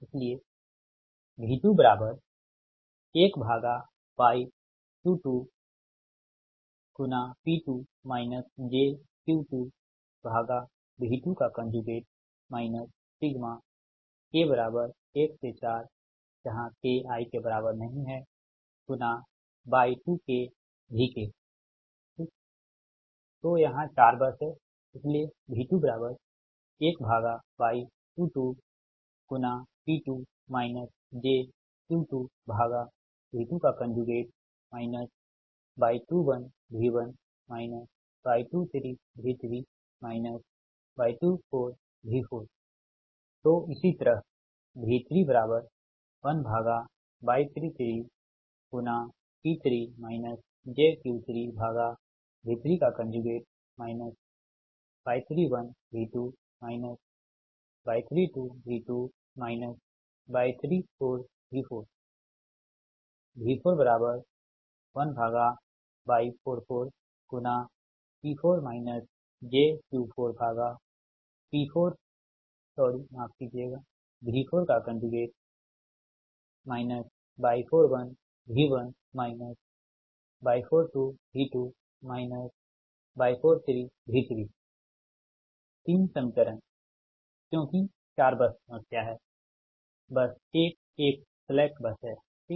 इसलिए V21Y22P2 j Q2V2 k 1 k i4Y2k Vk V21Y22P2 j Q2V2 Y21 V1 Y23 V3 Y24 V4 तो इसी तरह V31Y33P3 j Q3V3 Y31 V2 Y32 V2 Y34 V4 V41Y44P4 j Q4V4 Y41 V1 Y42 V2 Y43 V3 तीन समीकरण क्योंकि 4 बस समस्या है बस 1 एक स्लैक बस है ठीक